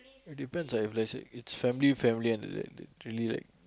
it depends lah if let's say it's family family then really like